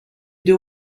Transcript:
deux